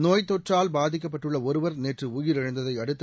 நோய்த்தொற்றால் பாதிக்கப்பட்டுள்ள ஒருவர் நேற்று உயிரிழந்ததை அடுத்து